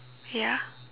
ya